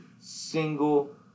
single